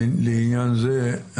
לעניין זה,